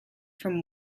from